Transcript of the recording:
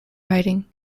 riding